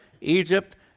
Egypt